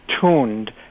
tuned